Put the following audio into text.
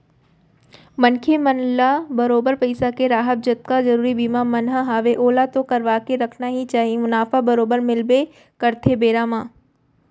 मनखे मन ल बरोबर पइसा के राहब जतका जरुरी बीमा मन ह हवय ओला तो करवाके रखना ही चाही मुनाफा बरोबर मिलबे करथे बेरा म